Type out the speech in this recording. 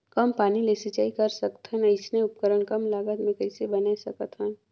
कम पानी ले सिंचाई कर सकथन अइसने उपकरण कम लागत मे कइसे बनाय सकत हन?